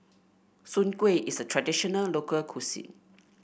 Soon Kuih is a traditional local cuisine